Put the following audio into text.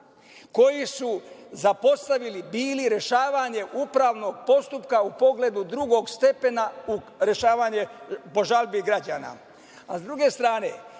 koji su zapostavili bili rešavanje upravnog postupka u pogledu drugog stepena u rešavanju, po žalbi građana. Sa